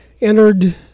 entered